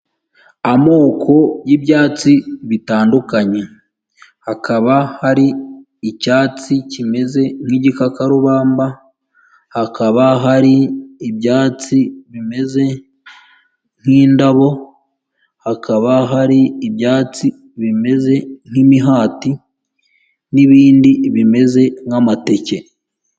Amoko y'ibyatsi bitandukanye, hakaba hari icyatsi kimeze nk'igikakarubamba, hakaba hari ibyatsi bimeze nk'indabo, hakaba hari ibyatsi bimeze nk'imihati, n'ibindi bimeze nk'amateke.